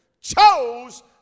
chose